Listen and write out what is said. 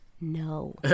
no